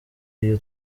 iyo